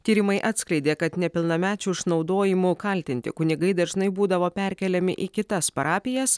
tyrimai atskleidė kad nepilnamečių išnaudojimu kaltinti kunigai dažnai būdavo perkeliami į kitas parapijas